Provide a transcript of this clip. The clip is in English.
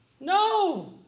No